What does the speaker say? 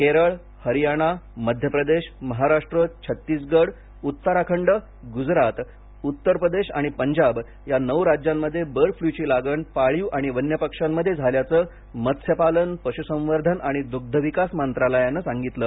केरळ हरियाणा मध्य प्रदेश महाराष्ट्र छत्तिसगड उत्तराखंड गुजरात उत्तर प्रदेश आणि पंजाब या नऊ राज्यांमध्ये एव्हियन इन्फ़्लुएन्ज़ाची लागण पाळीव आणि वन्यपक्ष्यांमध्ये झाल्याचं मत्स्यपालन पशुसंवर्धन आणि दुग्धविकास मंत्रालयाने काल सांगितलं